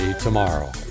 tomorrow